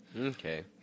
Okay